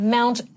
Mount